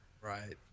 Right